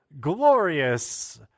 glorious